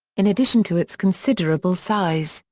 in addition to its considerable size,